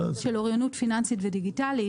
של אוריינות פיננסית ודיגיטלית,